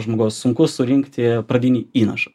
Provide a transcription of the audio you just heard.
žmogaus sunku surinkti pradinį įnašą